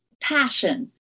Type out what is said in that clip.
passion